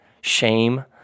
shame